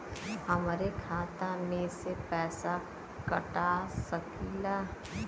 हमरे खाता में से पैसा कटा सकी ला?